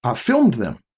ah filmed them,